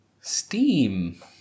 steam